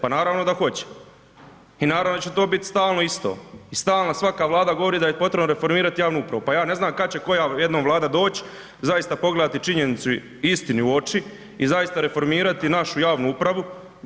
Pa naravno da hoće i naravno da će to biti stalno isto i stalno svaka vlada govori da je potrebno reformirati javnu upravu, pa ja ne znam kada će koja jednom vlada doć, zaista pogledati činjenicu i istini u oči i zaista reformirati našu javnu upravu.